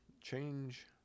change